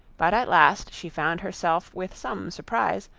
but at last she found herself with some surprise,